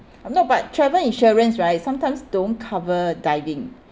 no but travel insurance right sometimes don't cover diving